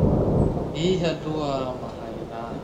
Iha aloha mahay raha.